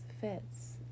fits